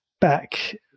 back